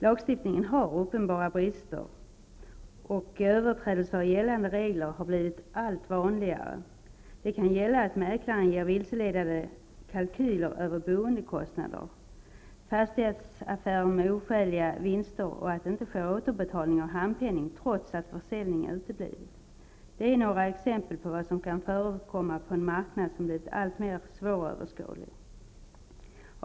Lagstiftningen har uppenbara brister, och överträdelser av gällande regler har blivit allt vanligare. Det kan gälla vilseledande kalkyler från mäklaren över boendekostnader, fastighetsaffärer med oskäliga vinster och utebliven återbetalning av handpenning, trots att försäljning uteblivit. Det är några exempel på vad som kan förekomma på en marknad som har blivit alltmer svåröverskådlig.